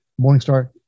Morningstar